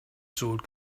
sword